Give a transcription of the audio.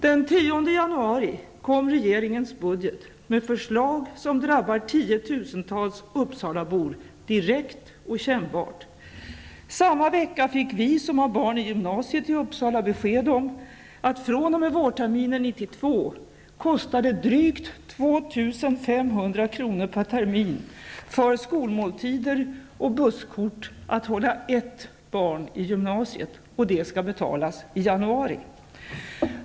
Den 10 januari kom regeringens budget med förslag som drabbar 10 000-tals uppsalabor direkt och kännbart. Samma vecka fick vi, som har barn i gymnasiet, besked om att fr.o.m. vårterminen 92 kostar skolmåltider och busskort drygt 2 500 kronor per termin och barn. Denna summa skall betalas i januari.